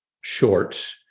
short